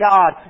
God